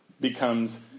becomes